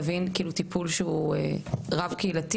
על מנת שיהיו מסוגלים להבין את הצרכים של טיפול שהוא רב קהילתי,